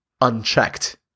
unchecked